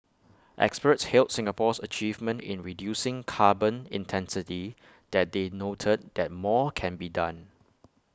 experts hailed Singapore's achievement in reducing carbon intensity that they noted that more can be done